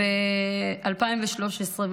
ב-2013.